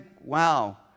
wow